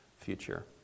future